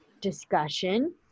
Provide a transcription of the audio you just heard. discussion